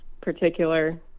particular